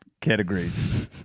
categories